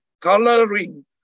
coloring